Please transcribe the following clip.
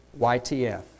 YTF